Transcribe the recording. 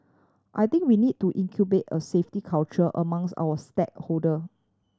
I think we need to a safety culture amongst our stakeholder